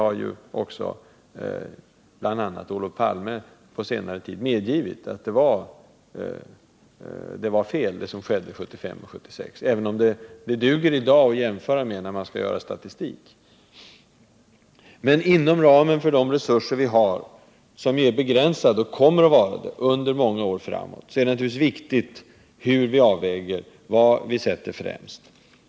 a. Olof Palme har också på senare tid medgivit att det var fel det som skedde 1975 och 1976, även om de åren i dag duger att ta till när man vill göra statistiska jämförelser. Inom ramen för våra resurser, som är och kommer att vara begränsade under många år framåt, är det naturligtvis viktigt hur vi avväger — vad vi sätter främst.